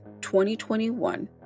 2021